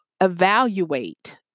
evaluate